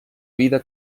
vida